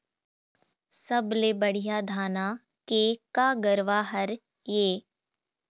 सबले बढ़िया धाना के का गरवा हर ये?